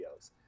videos